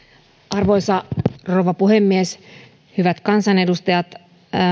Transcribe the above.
arvoisa rouva puhemies hyvät kansanedustajat